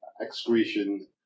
excretion